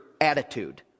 attitude